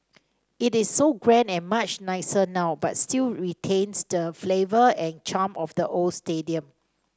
it is so grand and much nicer now but still retains the flavour and charm of the old stadium